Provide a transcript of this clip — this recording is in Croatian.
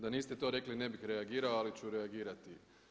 Da niste to rekli ne bih reagirao, ali ću reagirati.